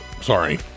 Sorry